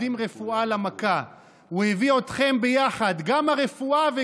הקדוש ברוך הוא מקדים רפואה למכה.